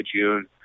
June